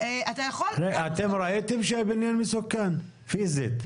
אתה יכול --- ואתם ראיתם שהבניין מסוכן, פיזית?